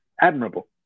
admirable